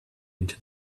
into